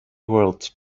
world